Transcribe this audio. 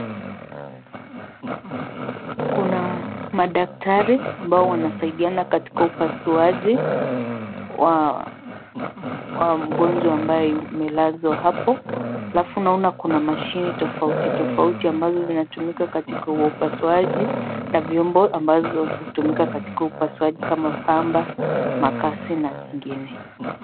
Kuna madaktari ambao wanasaidiana katika upasuaji wa mgonjwa ambaye amelazwa hapo, halafu ninaona kuna mashini tofauti tofauti ambazo zinatumika katika upasuaji, na vyombo ambazo hutumika katika upasuaji kama pamba, makasi na ingine.